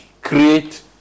create